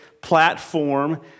platform